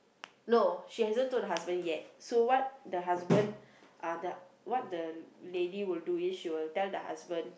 no she hasn't told the husband yet so what the husband uh the what the lady will do is she will tell the husband